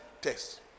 test